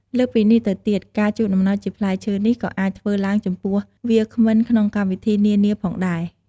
លើសពីនេះទៅទៀត ការជូនអំណោយជាផ្លែឈើនេះក៏អាចធ្វើឡើងចំពោះ វាគ្មិនក្នុងកម្មវិធីនានាផងដែរ។